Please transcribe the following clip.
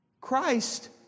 Christ